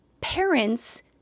parents